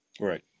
Right